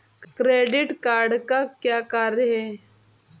Credit card का क्या कार्य है?